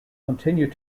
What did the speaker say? continued